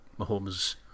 Mahomes